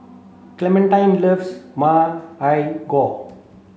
Clementine loves Ma Lai Gao